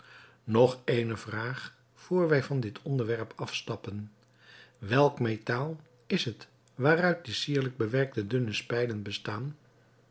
nog eene vraag vr wij van dit onderwerp afstappen welk metaal is het waaruit de sierlijk bewerkte dunne spijlen bestaan